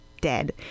Dead